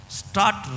start